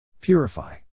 Purify